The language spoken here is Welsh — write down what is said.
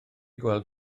gweld